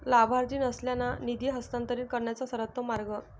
लाभार्थी नसलेल्यांना निधी हस्तांतरित करण्याचा सर्वोत्तम मार्ग